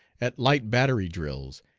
at light battery drills,